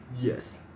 Yes